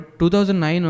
2009